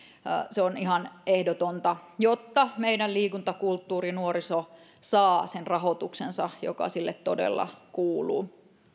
se on ihan ehdotonta jotta meidän liikuntakulttuuri nuoriso saa sen rahoituksensa joka sille todella kuuluu